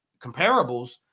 comparables